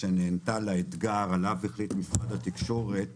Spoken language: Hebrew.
שנענתה לאתגר עליו החליט משרד התקשורת